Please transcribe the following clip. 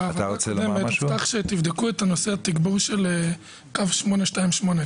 הובטח שתבדקו את נושא התגבור של קו 828,